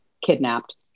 kidnapped